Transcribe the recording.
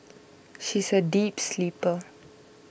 she is a deep sleeper